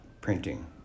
printing